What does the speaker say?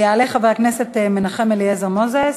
יעלה חבר הכנסת מנחם אליעזר מוזס.